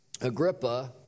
Agrippa